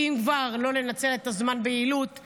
כי אם כבר לא לנצל את הזמן ביעילות,